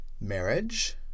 marriage